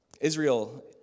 Israel